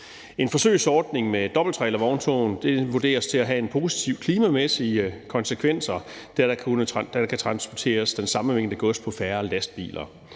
En forsøgsordning med dobbelttrailervogntog vurderes at have positive klimamæssige konsekvenser, da der kan transporteres den samme mængde gods på færre lastbiler.